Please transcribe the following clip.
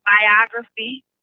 biography